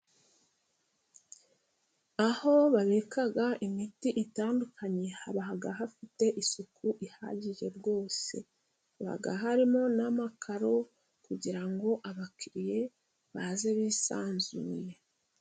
Aho babika imiti itandukanye， haba hafite isuku ihagije rwose，haba harimo n'amakaro，kugira ngo abakiriya baze bisanzuye.